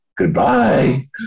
Goodbye